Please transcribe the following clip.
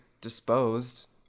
disposed